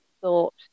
thought